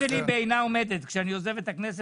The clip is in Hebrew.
ההצעה שלי בעינה עומדת כשאני עוזב את הכנסת,